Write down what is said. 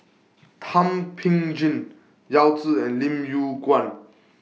Thum Ping Tjin Yao Zi and Lim Yew Kuan